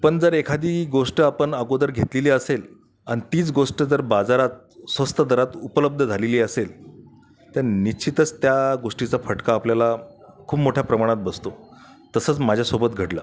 पण जर एखादी गोष्ट आपण अगोदर घेतलेली असेल आणि तीच गोष्ट जर बाजारात स्वस्त दरात उपलब्ध झालेली असेल तर निश्चितच त्या गोष्टीचा फटका आपल्याला खूप मोठ्या प्रमाणात बसतो तसंच माझ्यासोबत घडलं